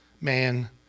man